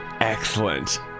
excellent